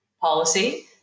policy